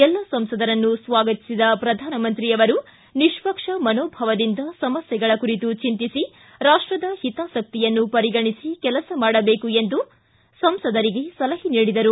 ಎಲ್ಲ ಸಂಸದರನ್ನು ಸ್ವಾಗತಿಸಿದ ಪ್ರಧಾನಮಂತ್ರಿಯವರು ನಿಷ್ಪಕ್ಷ ಮನೋಭಾವದಿಂದ ಸಮಸ್ಥೆಗಳ ಕುರಿತು ಚಿಂತಿಸಿ ರಾಷ್ಸದ ಹಿತಾಸಕ್ತಿಯನ್ನು ಪರಿಗಣಿಸಿ ಕೆಲಸ ಮಾಡಬೇಕು ಎಂದು ಸಂಸದರಿಗೆ ಸಲಹೆ ನೀಡಿದರು